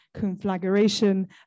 conflagration